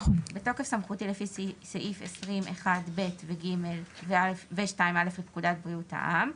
"בתוקף סמכותי לפי סעיפים 20(1)(ב) ו-(2)(א) לפקודת בריאות העם,